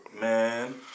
Man